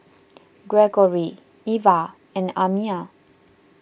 Gregory Ivah and Amya